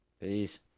Peace